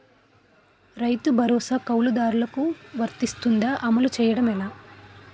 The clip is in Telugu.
రైతు భరోసా కవులుదారులకు వర్తిస్తుందా? అమలు చేయడం ఎలా